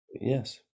Yes